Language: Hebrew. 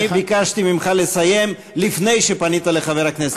אני ביקשתי ממך לסיים לפני שפנית לחבר הכנסת קיש.